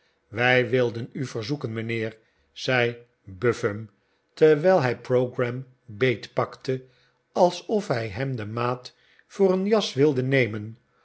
wij wilden u verzoeken mijnheer zei buffum terwijl hij pogram beetpakte alsof hij hem de maat voor een jas wilde nemen